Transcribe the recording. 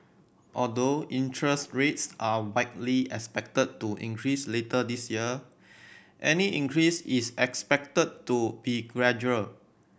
although interest rates are widely expected to increase later this year any increase is expected to be gradual